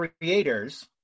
creators